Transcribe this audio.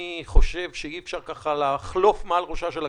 אני חושב שאי אפשר לחלוף מעל ראשה של הכנסת,